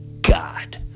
God